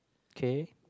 okay